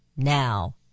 Now